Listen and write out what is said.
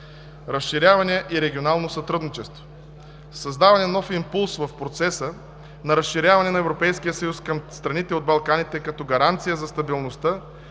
Разширяване и регионално сътрудничество - създаване на нов импулс в процеса на разширяване на Европейския съюз към страните от Балканите като гаранция за стабилността,